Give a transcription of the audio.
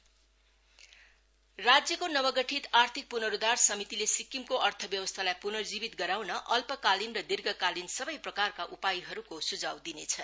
economic revival committee राज्यको नवगठित आर्थिक पूर्नोद्वार समितिले सिक्किमको अर्थव्यवस्थालाई पुर्नजीवित गराउन अल्पकालीन र दीर्घकालीन सबै प्रकारका उपायहरूको सुझाव दिनेछ